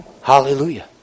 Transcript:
Hallelujah